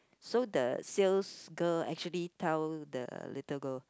so the sales girl actually tell the little girl